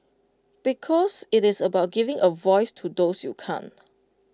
because IT is about giving A voice to those you can't